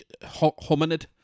hominid